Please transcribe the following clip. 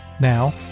Now